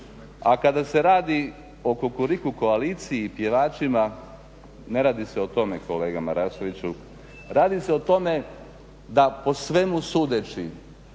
A kada se radi o kukuriku koaliciji i pjevačima, ne radi se o tome kolega Marasoviću. Radi se o tome da po svemu sudeći